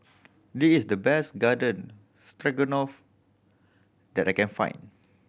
this is the best Garden Stroganoff that I can find